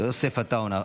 ויוסף עטאונה,